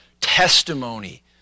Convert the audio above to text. testimony